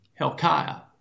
Helkiah